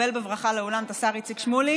ולקבל בברכה לאולם את השר איציק שמולי,